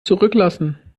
zurücklassen